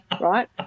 right